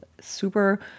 Super